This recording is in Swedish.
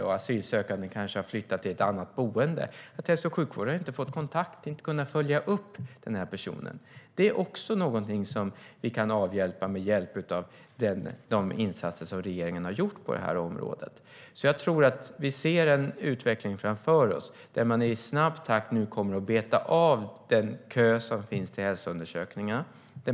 Den asylsökande kanske har flyttat till ett annat boende, och hälso och sjukvården inte har fått kontakt för att kunna följa upp den här personen. Det är också någonting som vi kan avhjälpa med hjälp av de insatser som regeringen har gjort på det här området, och därför tror jag att vi ser en utveckling framför oss där man nu i snabb takt kommer att kunna beta av den kö som finns till hälsoundersökningen.